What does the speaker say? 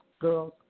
girls